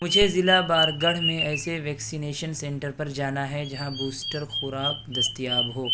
مجھے ضلع بارگڑھ میں ایسے ویکسینیشن سینٹر پر جانا ہے جہاں بوسٹر خوراک دستیاب ہو